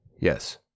Yes